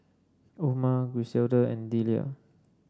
Oma Griselda and Delia